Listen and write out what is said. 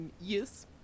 yes